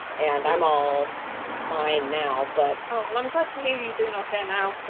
and i'm all fine now, but well, i'm glad to hear you doing okay now,